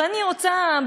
ואני רוצה,